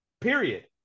period